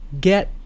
get